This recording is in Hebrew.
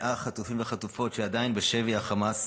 100 חטופים וחטופות שעדיין בשבי החמאס,